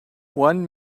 one